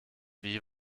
wie